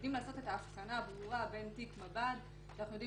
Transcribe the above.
יודעים לעשות את ההבחנה הברורה בין תיק מב"ד שאנחנו יודעים